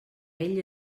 ell